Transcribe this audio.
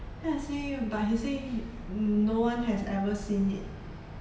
then I say but he say no one has ever seen it